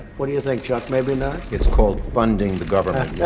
what do you think, chuck, maybe not? it's called funding the government, yeah